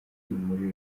muri